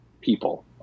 people